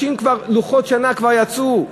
לוחות שנה כבר יצאו,